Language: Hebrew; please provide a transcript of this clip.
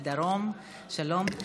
שלום.